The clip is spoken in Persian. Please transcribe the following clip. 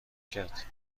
کرد